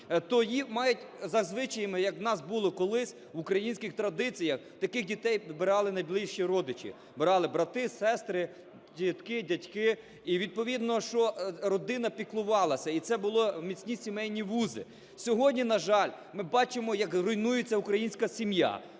за звичаями, як у нас було колись в українських традиціях, таких дітей брали найближчі родичі, брали брати, сестри, тітки, дядьки, і відповідно, що родина піклувалася, і це були міцні сімейні вузи. Сьогодні, на жаль, ми бачимо, як руйнується українська сім'я,